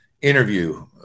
interview